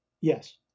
yes